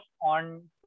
on